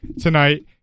tonight